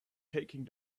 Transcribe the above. taking